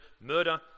murder